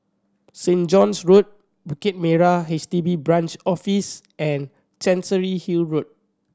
Saint John's Road Bukit Merah H D B Branch Office and Chancery Hill Road